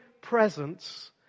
presence